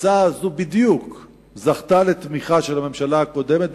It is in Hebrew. שההצעה הזאת בדיוק זכתה לתמיכה של הממשלה הקודמת,